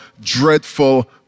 dreadful